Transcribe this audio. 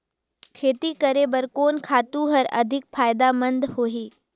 खेती करे बर कोन खातु हर अधिक फायदामंद होही?